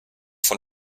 von